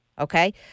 Okay